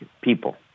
people